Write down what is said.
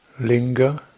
Linger